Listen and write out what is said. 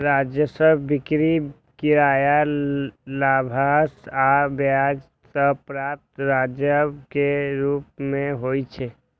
राजस्व बिक्री, किराया, लाभांश आ ब्याज सं प्राप्त राजस्व के रूप मे होइ छै